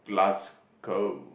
Glasgow